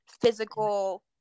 physical